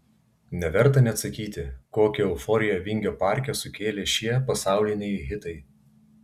neverta net sakyti kokią euforiją vingio parke sukėlė šie pasauliniai hitai